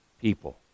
people